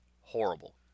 horrible